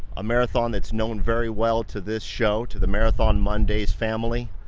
a marathon that's known very well to this show, to the marathon mondays family.